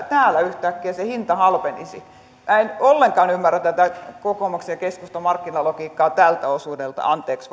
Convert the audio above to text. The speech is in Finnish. täällä yhtäkkiä se hinta halpenisi niin en ollenkaan ymmärrä tätä kokoomuksen ja keskustan markkinalogiikkaa tältä osuudelta anteeksi